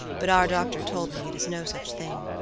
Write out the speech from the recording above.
but our doctor told me it is no such thing.